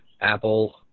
apple